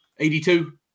82